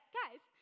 guys